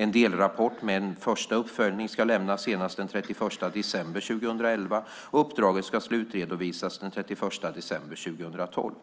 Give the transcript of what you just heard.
En delrapport med en första uppföljning ska lämnas senast den 31 december 2011 och uppdraget ska slutredovisas senast den 31 december 2012.